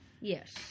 Yes